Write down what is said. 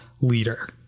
leader